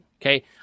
Okay